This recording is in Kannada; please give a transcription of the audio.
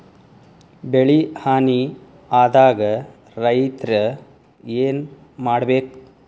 ಬೆಳಿ ಹಾನಿ ಆದಾಗ ರೈತ್ರ ಏನ್ ಮಾಡ್ಬೇಕ್?